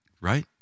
Right